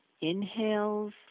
inhales